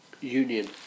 union